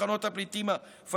מחנות הפליטים הפלסטיניים,